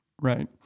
right